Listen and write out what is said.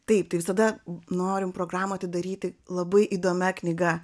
taip tai visada norim programą atidaryti labai įdomia knyga